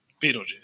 Beetlejuice